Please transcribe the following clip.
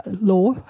law